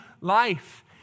life